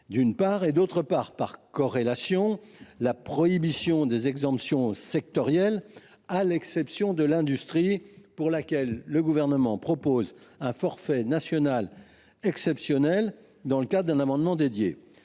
Pene ; d’autre part, par corrélation, la prohibition des exemptions sectorielles, à l’exception de l’industrie pour laquelle le Gouvernement propose un forfait national exceptionnel, au travers d’un amendement dédié.